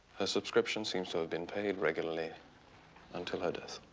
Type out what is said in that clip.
her subscription seems to have been paid regularly until her death.